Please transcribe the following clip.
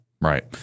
Right